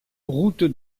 route